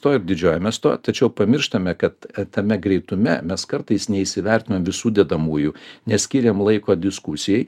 tuo ir didžiuojamės tuo tačiau pamirštame kad tame greitume mes kartais neįsivertinom visų dedamųjų neskyrėm laiko diskusijai